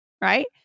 right